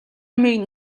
юмыг